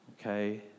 Okay